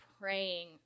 praying